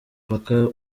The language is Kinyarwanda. paka